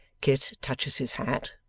kit touches his hat,